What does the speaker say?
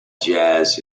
jazz